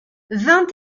vingt